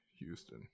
Houston